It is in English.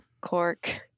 Cork